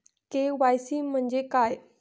KYC म्हंजे काय?